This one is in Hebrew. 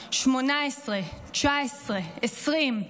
17, 18, 19, 20,